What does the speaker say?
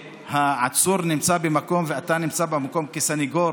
כשהעצור נמצא במקום ואתה נמצא במקום כסנגור,